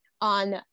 on